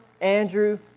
Andrew